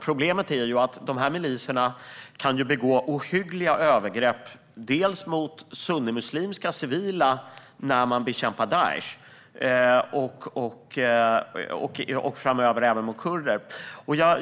Problemet är att miliserna kan begå ohyggliga övergrepp mot sunnimuslimska civila när man bekämpar Daish och framöver även mot kurder.